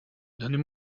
donnez